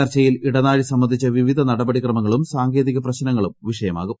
ചർച്ചയിൽ ഇടനാഴി സംബന്ധിച്ച വിവിധ നടപടിക്രമങ്ങളും സാങ്കേതിക പ്രശ്നങ്ങളും വിഷയമാകും